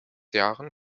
jahren